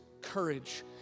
courage